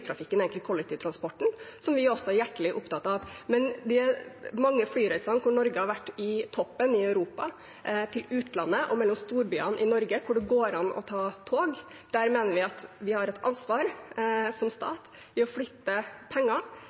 hjertelig opptatt av. Men mange av flyreisene der Norge har vært på toppen i Europa, har vært til utlandet og mellom storbyene i Norge, der det går an å ta tog. Der mener vi at vi har et ansvar som stat for å flytte penger